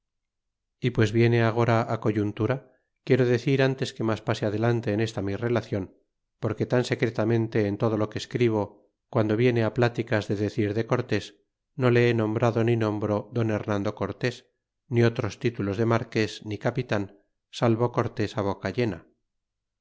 y pues viene agora coyuntura quiero decir ntes que mas pase adelante en esta mi relacion porque tan secretamente en todo lo que escribo guando viene á pláticas de decir de cortés no le he nombrado ni nombro don hernando cortés ni otros títulos de marques ni capitan salvo cortés á boca llena